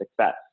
success